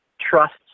trusts